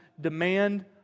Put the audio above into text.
demand